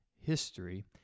history